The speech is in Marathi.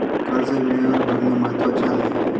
कर्ज वेळेवर भरणे महत्वाचे आहे